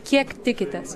kiek tikitės